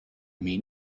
mean